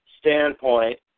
standpoint